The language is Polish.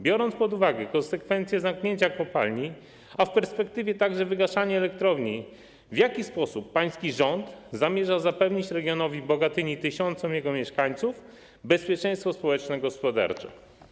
Biorąc pod uwagę konsekwencje zamknięcia kopalni, a w perspektywie także wygaszanie elektrowni, w jaki sposób pański rząd zamierza zapewnić regionowi Bogatyni i tysiącom jego mieszkańców bezpieczeństwo społeczno-gospodarcze?